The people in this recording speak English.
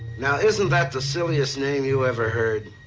now, isn't that the silliest name you ever heard?